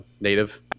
native